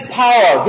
power